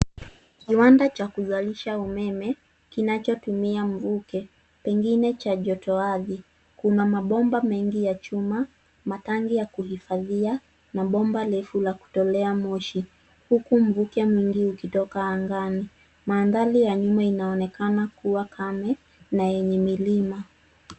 Kiwanda cha kuzalisha umeme kinachotumia mvuke pengine cha joto ardhi. Kuna mabomba mengi ya chuma, matangi ya kuhifadhia na bomba refu la kutolea moshi huku mvuke mwingi ukitoka angani. Mandhari ya nyuma inaonekana kuwa kame na yenye milima.